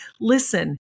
listen